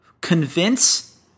convince